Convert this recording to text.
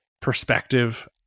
perspective